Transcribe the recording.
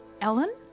Ellen